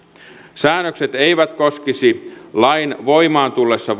säännökset eivät koskisi lain voimaan tullessa